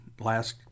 last